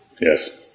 Yes